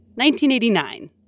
1989